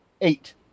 eight